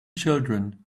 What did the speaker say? children